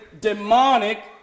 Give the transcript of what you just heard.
demonic